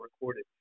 recorded